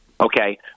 okay